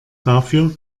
dafür